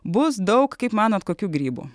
bus daug kaip manot kokių grybų